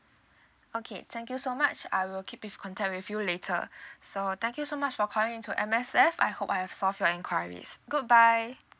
okay thank you so much I will keep with contact with you later so thank you so much for calling in to M_S_F I hope I have solved your enquiries goodbye